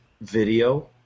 video